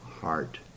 heart